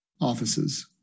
offices